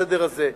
בסדר הזה.